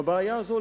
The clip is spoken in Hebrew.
בבעיה הזאת,